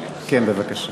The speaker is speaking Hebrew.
כן, בבקשה.